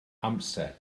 amser